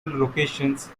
locations